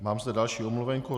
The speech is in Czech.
Mám zde další omluvenku.